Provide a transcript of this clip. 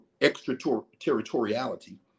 extraterritoriality